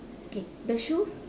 okay the shoe